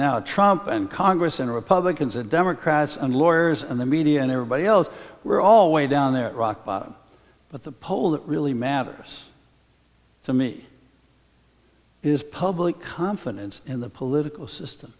a trump and congress and republicans and democrats and lawyers and the media and everybody else we're all way down there rock bottom but the poll that really matters to me is public confidence in the political system